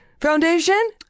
foundation